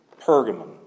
Pergamum